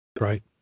Right